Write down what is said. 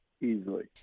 Easily